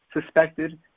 suspected